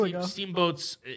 steamboats